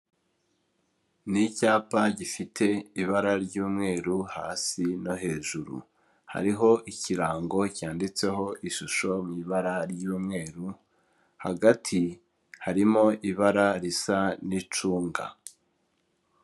Ni icyapa gifite ibara ry'umweru hasi no hejuru, hariho ikirango cyanditseho ishusho mu ibara ry'umweru, hagati harimo ibara risa n'icunga.